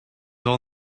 all